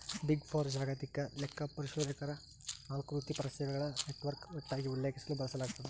big four ಜಾಗತಿಕ ಲೆಕ್ಕಪರಿಶೋಧಕ ನಾಲ್ಕು ವೃತ್ತಿಪರ ಸೇವೆಗಳ ನೆಟ್ವರ್ಕ್ ಒಟ್ಟಾಗಿ ಉಲ್ಲೇಖಿಸಲು ಬಳಸಲಾಗ್ತದ